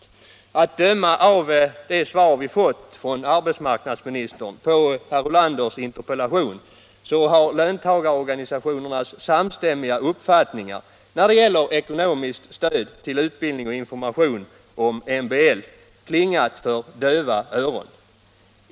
Att döma av arbetsmarknadsministerns svar på herr Ulanders interpellation har löntagarorganisationernas samstämmiga uppfattningar, när det gäller ekonomiskt stöd till utbildning och information om MBL, klingat för döva öron.